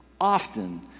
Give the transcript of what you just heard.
often